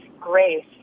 grace